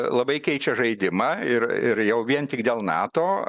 labai keičia žaidimą ir ir jau vien tik dėl nato